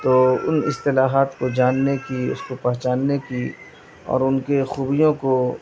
تو ان اصطلاحات کو جاننے کی اس کو پہچاننے کی اور ان کے خوبیوں کو